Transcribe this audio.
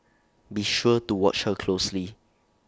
be sure to watch her closely